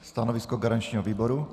Stanovisko garančního výboru?